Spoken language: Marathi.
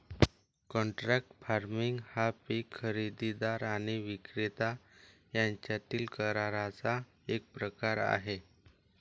कॉन्ट्रॅक्ट फार्मिंग हा पीक खरेदीदार आणि विक्रेता यांच्यातील कराराचा एक प्रकार आहे